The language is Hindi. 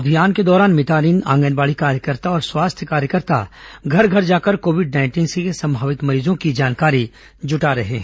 अभियान के दौरान मितानिन आंगनबाड़ी कार्यकर्ता और स्वास्थ्य कार्यकर्ता घर घर जाकर कोविड नाइंटीन के संभावित मरीजों की जानकारी जुटा रहे हैं